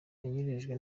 yanyerejwe